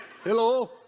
Hello